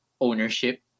ownership